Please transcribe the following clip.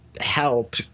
help